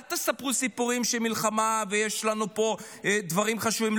אל תספרו סיפורים שמלחמה ויש לנו פה דברים חשובים.